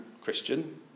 Christian